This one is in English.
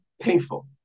painful